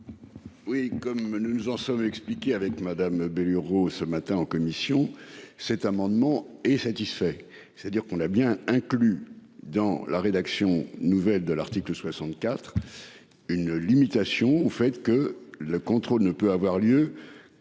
Oui comme nous nous en sommes expliqués avec Madame Belgorod ce matin en commission cet amendement est satisfait. C'est-à-dire qu'on a bien inclus dans la rédaction nouvelle de l'article 64. Une limitation au fait que le contrôle ne peut avoir lieu.